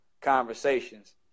conversations